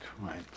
right